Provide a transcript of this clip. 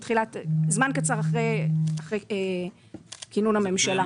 זמן קצר אחרי כינון הממשלה.